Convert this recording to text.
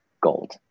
gold